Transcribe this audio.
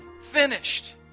finished